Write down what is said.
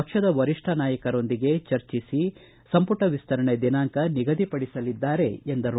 ಪಕ್ಷದ ವರಿಷ್ಠ ನಾಯಕರೊಂದಿಗೆ ಜೊತೆ ಚರ್ಚೆ ನಡೆಸಿ ಸಂಪುಟ ವಿಸ್ತರಣೆ ದಿನಾಂಕ ನಿಗದಿಪಡಿಸಲಿದ್ದಾರೆ ಎಂದರು